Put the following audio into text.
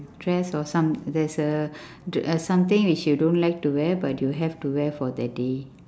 dress or some there's a dr~ something which you don't like to wear but you have to wear for that day